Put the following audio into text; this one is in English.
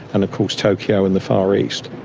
and of course tokyo and the far east.